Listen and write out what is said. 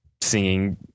Singing